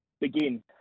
begin